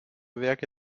werke